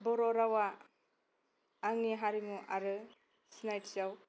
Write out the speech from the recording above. बर' रावा आंनि हारिमु आरो सिनायथियाव